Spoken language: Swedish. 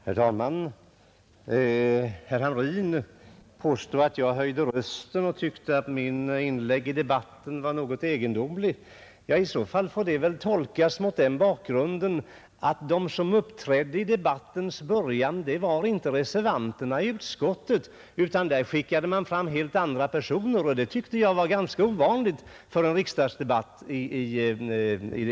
Herr talman! Herr Hamrin påstod att jag höjde rösten, och han tyckte att mitt inlägg i debatten var något egendomligt. Det får i så fall ses mot bakgrunden att de som uppträdde i debattens början inte var reservanterna i utskottet, utan man skickade fram helt andra personer. Det tyckte jag var ganska egendomligt för en kammardebatt.